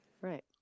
Right